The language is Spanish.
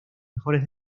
mejores